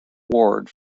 ward